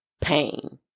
pain